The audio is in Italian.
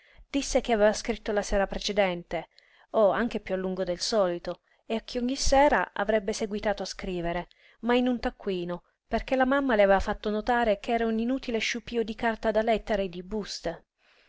disse che aveva scritto la sera precedente oh anche piú a lungo del solito e che ogni sera avrebbe seguitato a scrivere ma in un taccuino perché la mamma le aveva fatto notare ch'era un inutile sciupío di carta da lettere e di buste